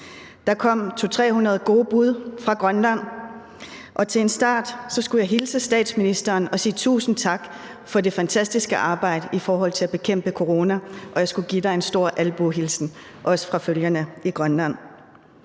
Der kom 200-300 gode bud fra Grønland, og til en start skulle jeg hilse statsministeren og sige tusind tak for det fantastiske arbejde i forhold til at bekæmpe corona, og jeg skulle give dig en stor albuehilsen – også fra følgerne i Grønland.